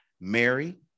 Mary